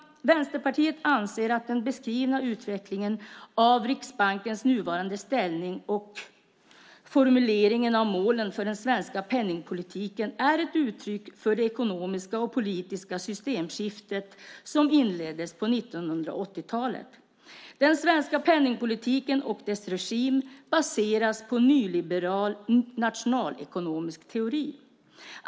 Vänsterpartiet anser att den beskrivna utvecklingen av Riksbankens nuvarande ställning och formuleringen av målen för den svenska penningpolitiken är ett uttryck för det ekonomiska och politiska systemskifte som inleddes på 1980-talet. Den svenska penningpolitiken och dess regim baseras på nyliberal nationalekonomisk teori.